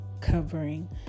covering